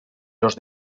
los